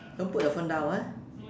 don't put your phone down ah